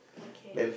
okay